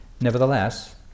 Nevertheless